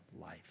life